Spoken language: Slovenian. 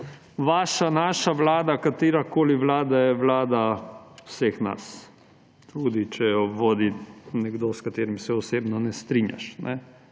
Vaša, naša vlada, katerakoli vlada, je vlada vseh nas. Tudi če jo vodi nekdo, s katerim se osebno ne strinjaš.